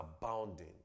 abounding